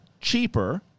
cheaper